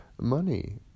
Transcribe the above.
money